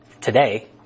today